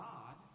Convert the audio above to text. God